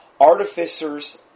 artificers